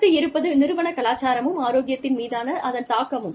அடுத்து இருப்பது நிறுவன கலாச்சாரமும் ஆரோக்கியத்தின் மீதான அதன் தாக்கமும்